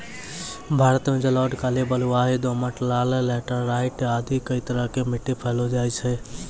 भारत मॅ जलोढ़, काली, बलुआही, दोमट, लाल, लैटराइट आदि कई तरह के मिट्टी पैलो जाय छै